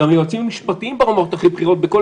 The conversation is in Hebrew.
גם יועצים משפטיים ברמות הכי בכירות בכל